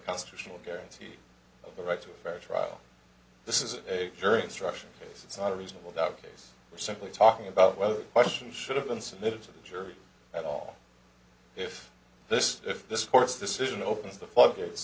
constitutional guarantee of a right to a fair trial this is a jury instruction case it's not a reasonable doubt case simply talking about whether question should have been submitted to the jury at all if this if this court's decision opens the floodgates